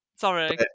sorry